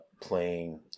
playing